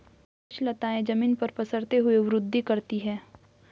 कुछ लताएं जमीन पर पसरते हुए वृद्धि करती हैं